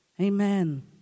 Amen